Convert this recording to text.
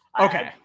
Okay